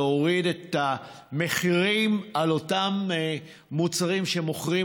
להוריד את המחירים על אותם מוצרים שמוכרים